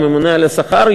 לממונה על השכר.